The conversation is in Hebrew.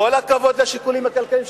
עם כל הכבוד לשיקולים הכלכליים,